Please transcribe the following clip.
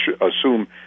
assume